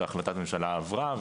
והחלטת הממשלה עברה,